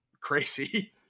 crazy